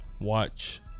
watch